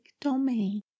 domain